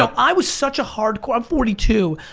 um i was such a hardcore, i'm forty two.